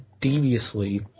deviously